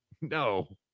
no